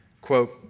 Quote